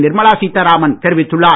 நிர்மலா சீத்தாராமன் தெரிவித்துள்ளார்